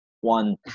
one